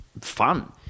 fun